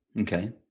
Okay